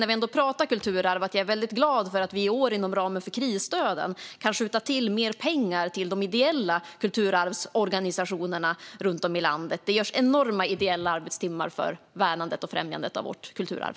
När vi ändå pratar om kulturarv kan jag lägga till att jag är väldigt glad för att vi i år, inom ramen för krisstöden, kan skjuta till mer pengar till de ideella kulturarvsorganisationerna runt om i landet. Det arbetas enormt många ideella timmar för värnandet och främjandet av vårt kulturarv.